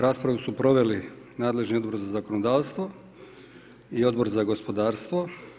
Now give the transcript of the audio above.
Raspravu su proveli nadležni Odbor za zakonodavstvo i Odbor za gospodarstvo.